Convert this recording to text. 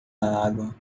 água